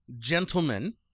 gentlemen